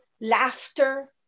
laughter